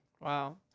Wow